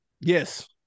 Yes